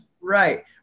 Right